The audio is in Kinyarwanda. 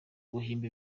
guhimba